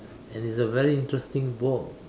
and it's a very interesting book